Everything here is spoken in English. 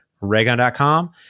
Raygun.com